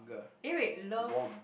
eh wait love